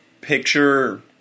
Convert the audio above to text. picture